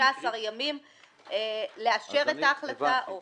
15 ימים לאשר את ההחלטה או לא.